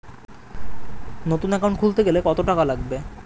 নতুন একাউন্ট খুলতে গেলে কত টাকা লাগবে?